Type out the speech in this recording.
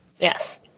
Yes